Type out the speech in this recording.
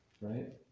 Right